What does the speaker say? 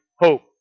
hope